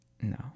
No